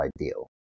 ideal